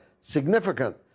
significant